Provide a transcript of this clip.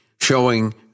showing